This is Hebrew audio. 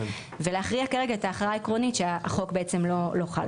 ולהכריע בעצם את ההכרעה העקרונית שהחוק בעצם לא חל.